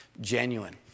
Genuine